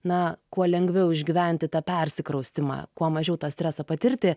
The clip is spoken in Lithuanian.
na kuo lengviau išgyventi tą persikraustymą kuo mažiau tą stresą patirti